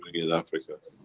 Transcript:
in africa.